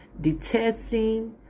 detesting